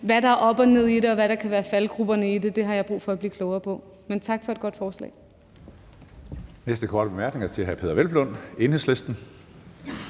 hvad der er op og ned i det, og hvad der kunne være faldgruberne i det, har jeg brug for at blive klogere på. Men jeg vil sige tak for et godt forslag.